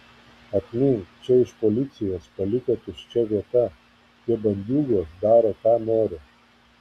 atmink čia iš policijos paliko tuščia vieta tie bandiūgos daro ką nori